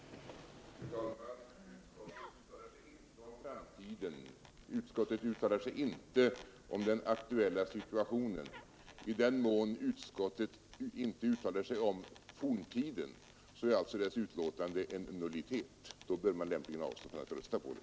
Herr talman! Utskottet uttalar sig inte om framtiden, och utskottet uttalar sig inte om den aktuella situationen. I den mån utskottet inte uttalar sig om forntiden är alltså dess betänkande en nullitet. Och då bör man lämpligen avstå från att rösta på det.